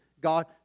God